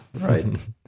Right